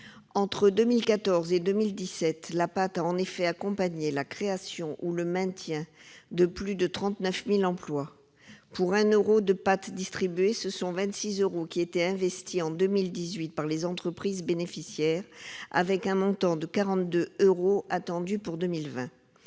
Entre 2014 et 2017, la PAT a en effet accompagné la création ou le maintien de plus de 39 000 emplois. Pour un euro de PAT distribué, 26 euros étaient investis en 2018 par les entreprises bénéficiaires, contre 42 euros attendus en 2020.